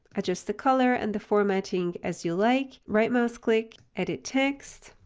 adjust the color and the formatting as you like. right-mouse click, edit text,